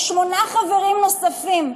או שמונה חברים נוספים,